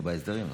בהסדרים.